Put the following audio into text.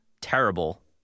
terrible